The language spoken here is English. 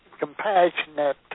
compassionate